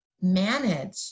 manage